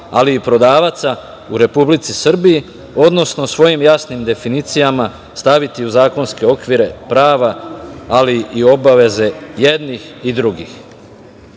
ali i prodavaca u Republici Srbiji, odnosno svojim jasnim definicijama staviti u zakonske okvire prava, ali i obaveze jednih i